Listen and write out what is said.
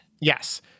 Yes